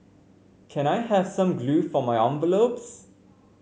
can I have some glue for my envelopes